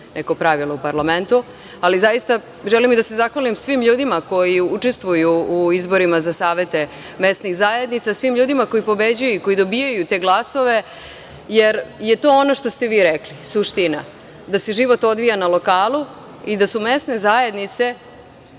neko pravilo u parlamentu, ali zaista želim da se zahvalim svim ljudima koji učestvuju u izborima za savete mesnih zajednica, svim ljudima koji pobeđuju i koji dobijaju te glasove, jer je to ono što ste vi rekli, suština, da se život odvija na lokalu i da su mesne zajednice